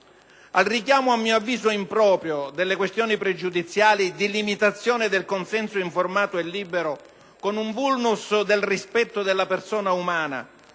Al richiamo, a mio avviso improprio, delle questioni pregiudiziali di limitazione del consenso informato e libero con un *vulnus* del rispetto della persona umana